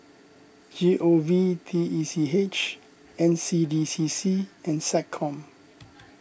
G O V T E C H N C D C C and SecCom